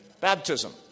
Baptism